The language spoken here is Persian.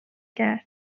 کرد